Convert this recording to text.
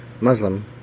Muslim